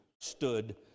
stood